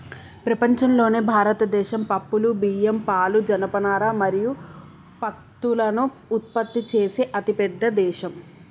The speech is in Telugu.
ప్రపంచంలోనే భారతదేశం పప్పులు, బియ్యం, పాలు, జనపనార మరియు పత్తులను ఉత్పత్తి చేసే అతిపెద్ద దేశం